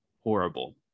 horrible